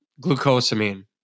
glucosamine